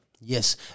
Yes